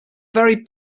very